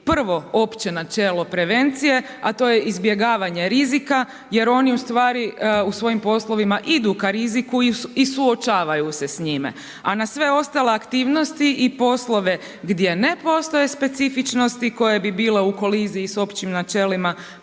prvo opće načelo prevencije a to je izbjegavanje rizika jer oni ustvari u svojim poslovima idu ka riziku i suočavaju se s njime a na sve ostale aktivnosti i poslove gdje ne postoje specifičnosti koje bi bile u koliziji sa općim načelima